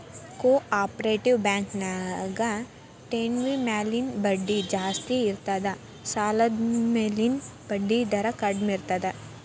co operative bank ನ್ಯಾಗ ಠೆವ್ಣಿ ಮ್ಯಾಲಿನ್ ಬಡ್ಡಿ ಜಾಸ್ತಿ ಇರ್ತದ ಸಾಲದ್ಮ್ಯಾಲಿನ್ ಬಡ್ಡಿದರ ಕಡ್ಮೇರ್ತದ